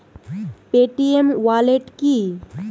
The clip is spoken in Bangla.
পেটিএম ওয়ালেট কি?